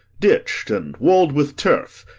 ditch'd, and wall'd with turf,